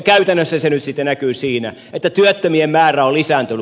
käytännössä se nyt sitten näkyy siinä että työttömien määrä on lisääntynyt